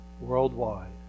Worldwide